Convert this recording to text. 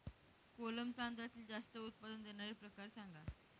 कोलम तांदळातील जास्त उत्पादन देणारे प्रकार सांगा